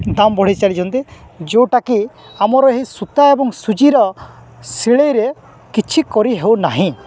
ଦାମ୍ ବଢ଼େଇ ଚାଲିଛନ୍ତି ଯେଉଁଟାକି ଆମର ଏହି ସୂତା ଏବଂ ଛୁଞ୍ଚିର ସିଲେଇରେ କିଛି କରି ହେଉନାହିଁ